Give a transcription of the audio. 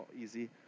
easy